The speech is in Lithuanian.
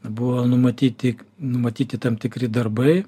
buvo numatyti numatyti tam tikri darbai